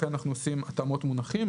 לכן אנחנו עושים התאמות מונחים.